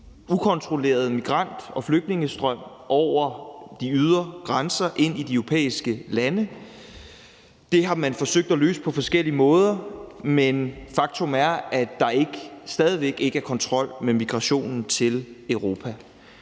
ukontrolleret migrant- og flygtningestrøm over de ydre grænser ind i de europæiske lande. Det har man forsøgt at løse på forskellige måder, men faktum er, at der stadig væk ikke er kontrol med migrationen til Europa.